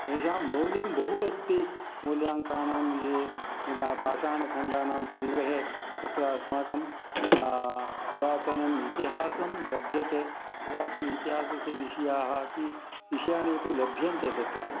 तेषां मौल्यं बहु अस्ति मूल्याङ्कानां ये तदा पाषाणखण्डानां सङ्ग्रहे तत्र अस्माकं पुरातनम् इतिहासं लभ्यते पुरातन इतिहासस्य विषयाः अपि विषयाणि अपि लभ्यन्ते तत्र